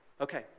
okay